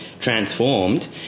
transformed